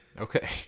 Okay